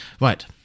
Right